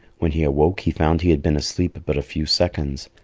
when he awoke he found he had been asleep but a few seconds,